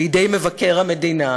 לידי מבקר המדינה,